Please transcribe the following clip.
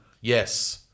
Yes